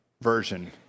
version